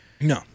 No